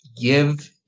give